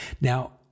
Now